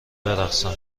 برقصم